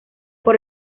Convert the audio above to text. por